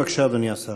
בבקשה, אדוני השר.